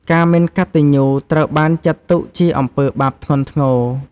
ការមិនកតញ្ញូត្រូវបានចាត់ទុកជាអំពើបាបធ្ងន់ធ្ងរ។